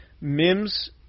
Mims